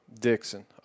dixon